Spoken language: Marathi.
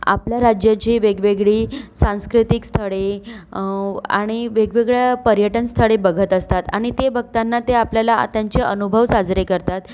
आपल्या राज्याची वेगवेगळी सांस्कृतिक स्थळे आणि वेगवेगळ्या पर्यटनस्थळे बघत असतात आणि ते बघताना ते आपल्याला त्यांचे अनुभव साजरे करतात